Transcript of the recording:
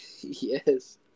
Yes